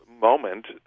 moment